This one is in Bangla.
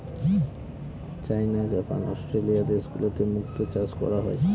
চাইনা, জাপান, অস্ট্রেলিয়া দেশগুলোতে মুক্তো চাষ করা হয়